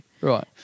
Right